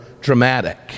dramatic